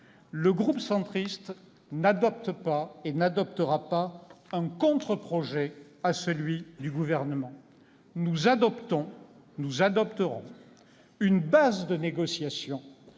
le groupe Union Centriste n'adopte pas et n'adoptera pas un contre-projet à celui du Gouvernement. Très bien ! Nous adoptons une base de négociation